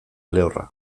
lehorra